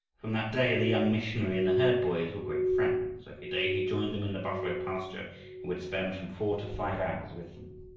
from that day the young missionary and the herd-boys were great friends. every day he joined them in the buffalo pasture, and would spend from four to five hours with them.